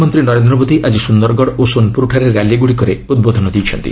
ପ୍ରଧାନମନ୍ତ୍ରୀ ନରେନ୍ଦ୍ର ମୋଦି ଆଜି ସୁନ୍ଦରଗଡ଼ ଓ ସୋନପୁରଠାରେ ରାଲିଗୁଡ଼ିକରେ ଉଦ୍ବୋଧନ ଦେଇଛନ୍ତି